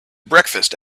breakfast